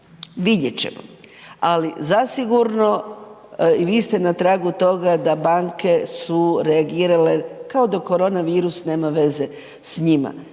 Vidjet ćemo, ali zasigurno i vi ste na tragu toga da banke su reagirale kao da koronavirus nema veze s njima.